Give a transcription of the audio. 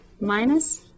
minus